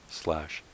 slash